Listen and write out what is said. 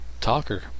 talker